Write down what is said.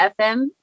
FM